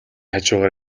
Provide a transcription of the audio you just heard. хажуугаар